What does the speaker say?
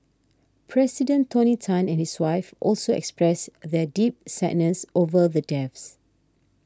President Tony Tan and his wife also expressed their deep sadness over the deaths